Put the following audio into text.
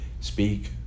speak